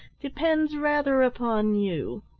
depends rather upon you.